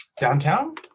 downtown